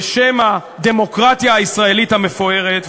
בשם הדמוקרטיה הישראלית המפוארת,